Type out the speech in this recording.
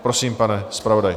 Prosím, pane zpravodaji.